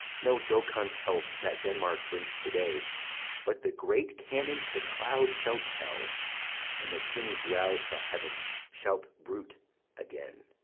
no jocund health that denmark drinks to-day but the great cannon to the clouds shall tell and the king's rouse the heaven shall bruit again,